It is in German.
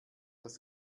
das